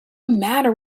matter